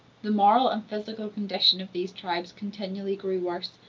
the moral and physical condition of these tribes continually grew worse,